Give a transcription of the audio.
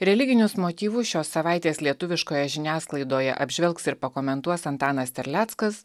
religinius motyvus šios savaitės lietuviškoje žiniasklaidoje apžvelgs ir pakomentuos antanas terleckas